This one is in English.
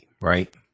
right